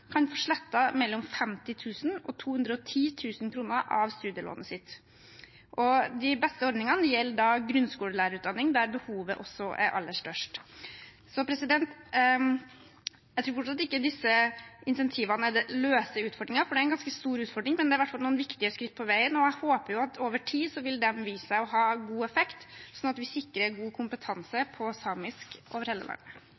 mellom 50 000 og 210 000 kr av studielånet sitt, og de beste ordningene gjelder da grunnskolelærerutdanning, der behovet også er aller størst. Jeg tror fortsatt ikke disse insentivene løser utfordringen, for det er en ganske stor utfordring, men det er i hvert fall noen viktige skritt på veien, og jeg håper at over tid vil de vise seg å ha god effekt, slik at vi sikrer god